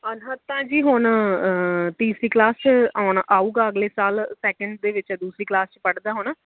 ਅਨਹਦ ਤਾਂ ਜੀ ਹੁਣ ਤੀਸਰੀ ਕਲਾਸ 'ਚ ਆਉਣਾ ਆਵੇਗਾ ਅਗਲੇ ਸਾਲ ਸੈਕਿੰਡ ਦੇ ਵਿੱਚ ਦੂਸਰੀ ਕਲਾਸ 'ਚ ਪੜ੍ਹਦਾ ਹੁਣ